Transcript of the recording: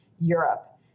Europe